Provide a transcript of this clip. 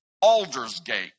Aldersgate